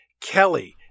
Kelly